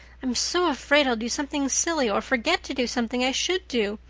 i'm so afraid i'll do something silly or forget to do something i should do.